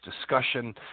discussion